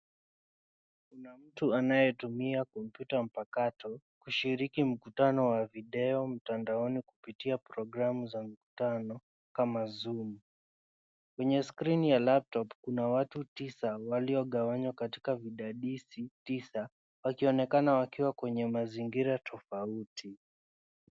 Kuna mtu anayetumia kompyuta mpakato, kushiriki mkutano wa video mtandaoni kupitia programu za mkutano kama Zoom .Kwenye skrini ya laptop ,kuna watu tisa waliogawanywa katika vidadisi tisa, wakionekana wakiwa kwenye mazingira tofauti.